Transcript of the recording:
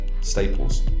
staples